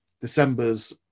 December's